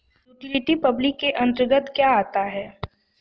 Utility public के अंतर्गत क्या आता है?